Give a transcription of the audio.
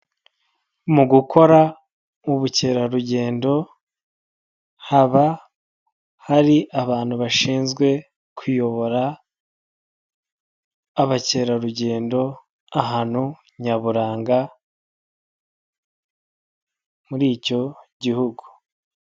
Mu gukora ubukerarugendo, haba hari abantu bashinzwe kuyobora abakerarugendo, ahantu nyaburanga muri icyo Gihugu.